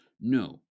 No